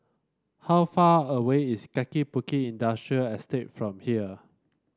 how far away is Kaki Bukit Industrial Estate from here